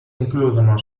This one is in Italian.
includono